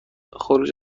خروج